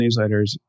newsletters